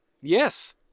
Yes